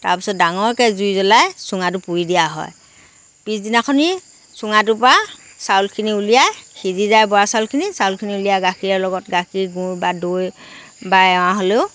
তাৰপিছত ডাঙৰকৈ জুই জ্ৱলাই চুঙাটো পুৰি দিয়া হয় পিছদিনাখনি চুঙাটোৰ পৰা চাউলখিনি উলিয়াই সিজি যায় বৰা চাউলখিনি চাউলখিনি উলিয়াই গাখীৰৰ লগত গাখীৰ গুৰ বা দৈ বা এৱা হ'লেও